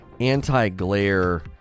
anti-glare